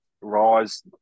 rise